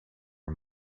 few